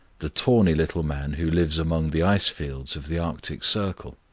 the tawny little man who lives among the icefields of the arctic circle.